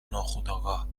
ناخودآگاه